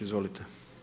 Izvolite.